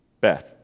Beth